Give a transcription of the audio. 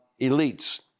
elites